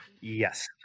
yes